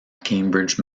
cambridge